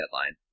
deadline